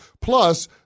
Plus